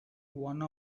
one